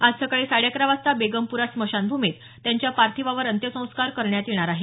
आज सकाळी साडे अकरा वाजता बेगमपुरा स्मशानभूमीत त्यांच्या पार्थिवावर अंत्यसंस्कार करण्यात येणार आहेत